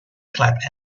clap